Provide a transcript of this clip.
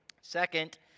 Second